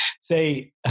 say